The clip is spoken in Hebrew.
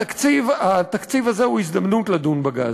התקציב הזה הוא הזדמנות לדון בגז.